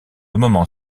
moment